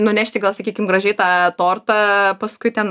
nunešti gal sakykim gražiai tą tortą paskui ten